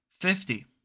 fifty